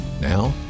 Now